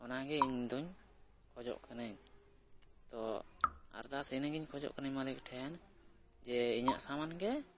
ᱚᱱᱟᱜᱮ ᱤᱧᱫᱚᱧ ᱠᱷᱚᱡᱚᱜ ᱠᱟᱹᱱᱟᱹᱧ ᱛᱳ ᱟᱨᱫᱟᱥ ᱤᱱᱟᱹᱜᱤᱧ ᱠᱷᱚᱡᱚᱜ ᱠᱟᱹᱱᱟᱹᱧ ᱢᱟᱹᱞᱤᱠ ᱴᱷᱮᱱ ᱡᱮ ᱤᱧᱟᱹᱜ ᱥᱟᱢᱟᱱ ᱜᱮ